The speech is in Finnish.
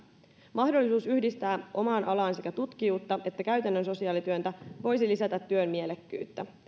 mahdollisuus yhdistää omaan alaan sekä tutkijuutta että käytännön sosiaalityötä voisi lisätä työn mielekkyyttä